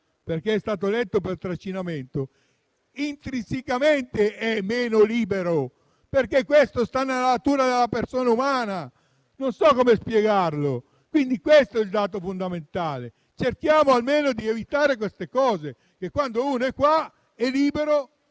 perché è stato eletto, per trascinamento - intrinsecamente è meno libero, perché questo sta nella natura della persona umana, non so come spiegarlo. Questo è il dato fondamentale: cerchiamo almeno di evitare queste cose, in modo tale